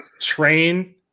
train